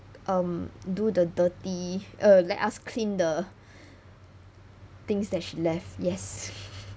um do the dirty uh let us clean the things that she left yes